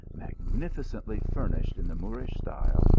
magnificently furnished in the moorish style,